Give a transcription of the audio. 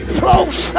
close